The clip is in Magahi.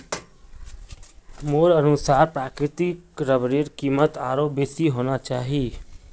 मोर अनुसार प्राकृतिक रबरेर कीमत आरोह बेसी होना चाहिए